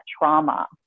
trauma